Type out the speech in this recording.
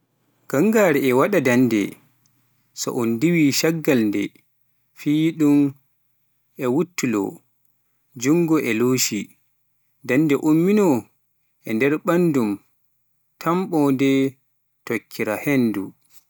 Ganngare e waɗa daande so un diwii caggal nde fii ɗum e wuttulo, junngo e loshi, daande ummino e nder ɓalndu tamborde ndee, tokkiraa henndu.